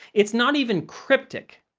it's not even cryptic!